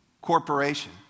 corporation